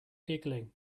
giggling